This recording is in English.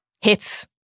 hits